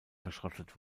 verschrottet